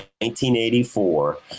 1984